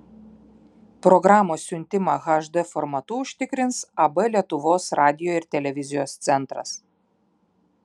programos siuntimą hd formatu užtikrins ab lietuvos radijo ir televizijos centras